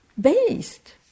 based